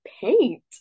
Paint